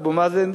אבו מאזן,